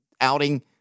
outing